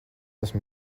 esmu